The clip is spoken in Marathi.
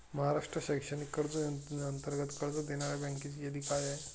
महाराष्ट्र शैक्षणिक कर्ज योजनेअंतर्गत कर्ज देणाऱ्या बँकांची यादी काय आहे?